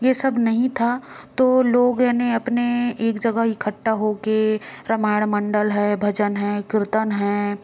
ये सब नहीं था तो लोग यानि अपने एक जगह इकट्ठा होके रामायण मण्डल है भजन है कीर्तन है